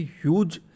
huge